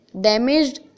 damaged